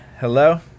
Hello